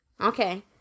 Okay